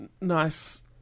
nice